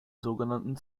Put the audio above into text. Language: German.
sogenannten